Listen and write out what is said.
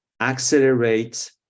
accelerate